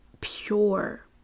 pure